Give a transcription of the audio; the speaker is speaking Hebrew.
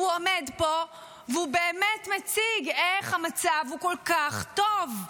הוא עומד פה והוא באמת מציג איך המצב הוא כל כך טוב.